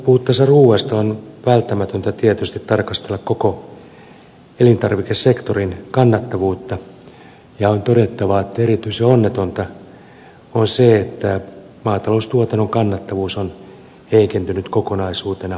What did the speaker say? puhuttaessa ruuasta on välttämätöntä tietysti tarkastella koko elintarvikesektorin kannattavuutta ja on todettava että erityisen onnetonta on se että maataloustuotannon kannattavuus on heikentynyt kokonaisuutena vuosi vuodelta